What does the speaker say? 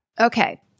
Okay